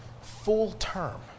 full-term